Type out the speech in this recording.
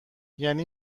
یعنی